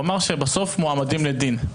הוא אמר שבסוף מועמדים לדין.